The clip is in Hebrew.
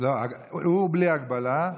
הוא בלי הגבלה.